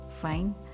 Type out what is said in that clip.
Fine